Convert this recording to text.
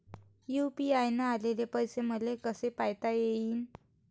UPI न आलेले पैसे मले कसे पायता येईन?